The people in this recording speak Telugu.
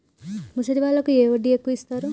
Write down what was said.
ముసలి వాళ్ళకు ఏ వడ్డీ ఎక్కువ ఇస్తారు?